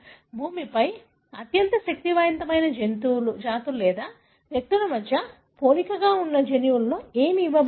భూమిపై అత్యంత శక్తివంతమైన జాతులుగా లేదా వ్యక్తుల మధ్య పోలికగా మన జన్యువులో ఏమి ఇవ్వబడింది